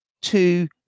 two